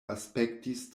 aspektis